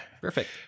perfect